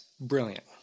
brilliant